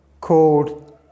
called